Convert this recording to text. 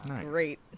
great